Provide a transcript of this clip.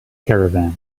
caravan